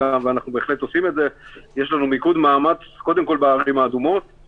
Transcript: אנחנו יכולים להגיד שבסופו של יום אנחנו די בטוחים בנתונים.